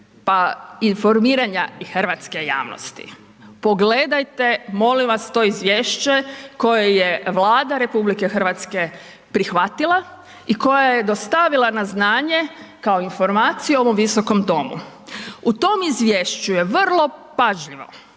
pa informiranja i hrvatske javnosti pogledajte molim vas to izvješće koje je Vlada RH prihvatila i koje je dostavila na znanje kao informaciju ovom visokom domu. U tom izvješću je vrlo pažljivo,